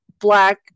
Black